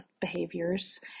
behaviors